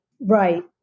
Right